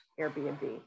Airbnb